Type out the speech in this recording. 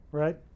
right